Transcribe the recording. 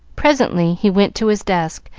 presently he went to his desk,